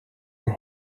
your